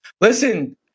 Listen